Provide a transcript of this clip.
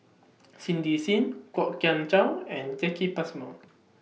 Cindy SIM Kwok Kian Chow and Jacki Passmore